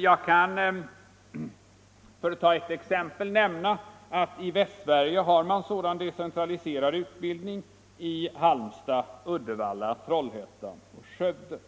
Jag kan, för att ta ett exempel, nämna att man i Västsverige har sådan decentraliserad utbildning i Halmstad, Uddevalla, Trollhättan och Skövde.